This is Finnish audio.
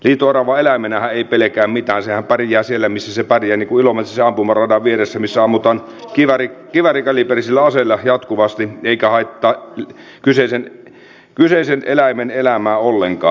liito orava eläimenähän ei pelkää mitään sehän pärjää siellä missä se pärjää niin kuin ilomantsissa ampumaradan vieressä missä ammutaan kiväärikaliiperisilla aseilla jatkuvasti ei se haittaa kyseisen eläimen elämää ollenkaan